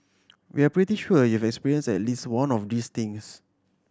we're pretty sure you've experienced at least one of these things